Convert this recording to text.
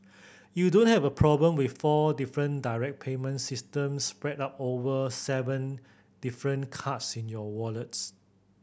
you don't have a problem with four different direct payment systems spread out over seven different cards in your wallets